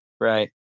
right